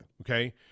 Okay